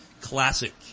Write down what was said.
Classic